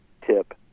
tip